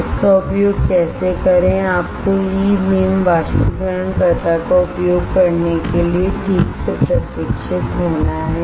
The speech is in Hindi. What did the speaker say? इसका उपयोग कैसे करें आपको ई बीम बाष्पीकरण कर्ता का उपयोग करने के लिए ठीक से प्रशिक्षित होना है